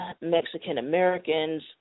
Mexican-Americans